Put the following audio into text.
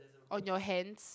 on your hands